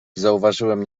zauważyłem